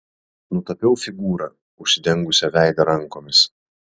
nutapiau figūrą užsidengusią veidą rankomis